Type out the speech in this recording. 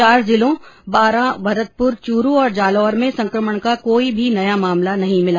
चार जिलों बारा भरतपुर चूरू और जालौर में संक्रमण का कोई भी नया मामला नहीं मिला